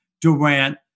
Durant